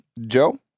Joe